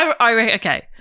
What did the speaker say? Okay